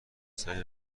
سنگ